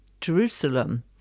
Jerusalem